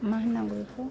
मा होननांगौ बेखौ